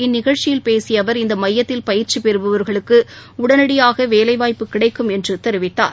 இந்நிகழ்ச்சியில் பேசியஅவர் இந்தமையத்தில் பயிற்சிபெறுபவர்களுக்குஉடனடியாகவேலைவாய்ப்பு கிடைக்கும் என்றுதெரிவித்தார்